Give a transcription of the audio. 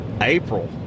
april